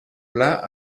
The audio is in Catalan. pla